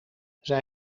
zij